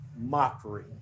mockery